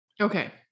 Okay